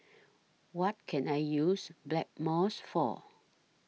What Can I use Blackmores For